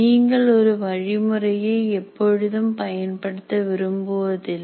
நீங்கள் ஒரு வழிமுறையை எப்பொழுதும் பயன்படுத்த விரும்புவதில்லை